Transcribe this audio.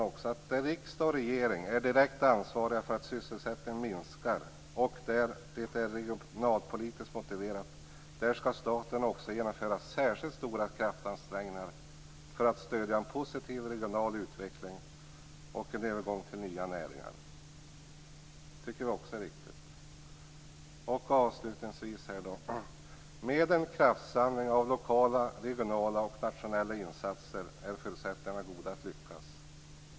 Där riksdag och regering är direkt ansvariga för att sysselsättningen minskar och där det är regionalpolitiskt motiverat, där skall staten också genomföra särskilt stora kraftansträngningar för att stödja en positiv regional utveckling och en övergång till nya näringar. - Det tycker jag också är riktigt. - Med en kraftsamling av lokala, regionala och nationella insatser är förutsättningarna goda att lyckas.